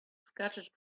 scattered